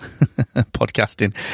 podcasting